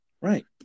Right